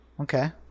Okay